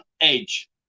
edge